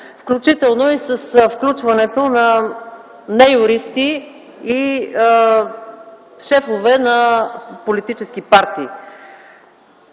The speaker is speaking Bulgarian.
включително и с включването на неюристи и шефове на политически партии.